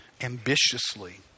Ambitiously